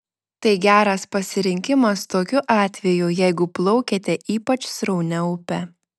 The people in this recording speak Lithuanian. tai geras pasirinkimas tokiu atveju jeigu plaukiate ypač sraunia upe